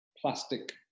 plastic